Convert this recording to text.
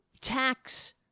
tax